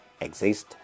exist